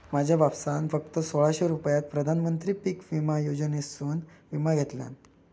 माझ्या बापसान फक्त सोळाशे रुपयात प्रधानमंत्री पीक विमा योजनेसून विमा घेतल्यान